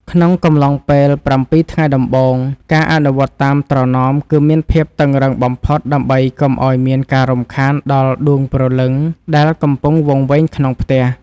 ក្នុងកំឡុងពេលប្រាំពីរថ្ងៃដំបូង ការអនុវត្តតាមត្រណមគឺមានភាពតឹងរ៉ឹងបំផុតដើម្បីកុំឱ្យមានការរំខានដល់ដួងព្រលឹងដែលកំពុងវង្វេងក្នុងផ្ទះ។